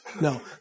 No